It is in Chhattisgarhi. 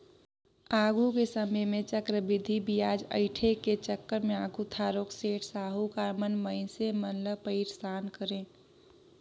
आघु के समे में चक्रबृद्धि बियाज अंइठे के चक्कर में आघु थारोक सेठ, साहुकार मन मइनसे मन ल पइरसान करें